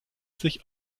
sich